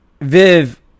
Viv